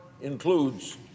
includes